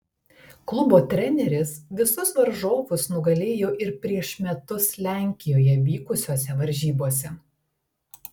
klubo treneris visus varžovus nugalėjo ir prieš metus lenkijoje vykusiose varžybose